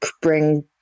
bring